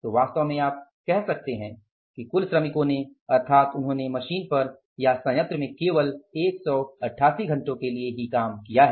तो वास्तव में आप कह सकते हैं कि कुल श्रमिकों ने अर्थात उन्होंने मशीन पर या संयंत्र में केवल 188 घंटों के लिए काम किया है